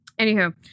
Anywho